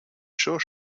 sure